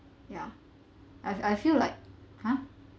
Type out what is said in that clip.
ya I've I've feel like ha